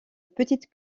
petites